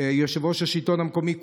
יושב-ראש השלטון המקומי,